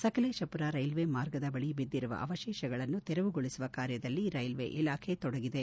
Sakleshpur railway ಮಾರ್ಗದ ಬಳಿ ಬಿದ್ದಿರುವ ಅವಶೇಷಗಳನ್ನು ತೆರವುಗೊಳಿಸುವ ಕಾರ್ಯದಲ್ಲಿ ರೈಲ್ವೆ ಇಲಾಖೆ ತೊಡಗಿದೆ